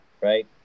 Right